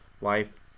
life